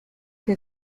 que